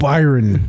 Byron